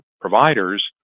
providers